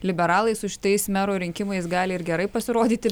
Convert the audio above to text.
liberalai su šitais mero rinkimais gali ir gerai pasirodyti